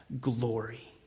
glory